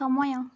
ସମୟ